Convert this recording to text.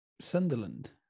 Sunderland